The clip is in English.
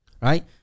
right